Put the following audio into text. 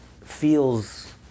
feels